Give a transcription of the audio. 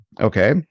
Okay